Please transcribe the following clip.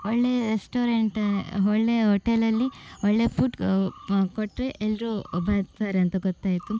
ಒಳ್ಳೆಯ ರೆಸ್ಟೋರೆಂಟ್ ಒಳ್ಳೆಯ ಹೋಟೆಲಲ್ಲಿ ಒಳ್ಳೆಯ ಫುಡ್ ಕೊಟ್ಟರೆ ಎಲ್ಲರೂ ಬರ್ತಾರೆ ಅಂತ ಗೊತ್ತಾಯಿತು